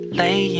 lay